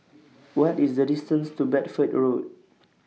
What IS The distance to Bedford Road